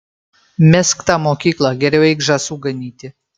mesk tą mokyklą geriau eik žąsų ganyti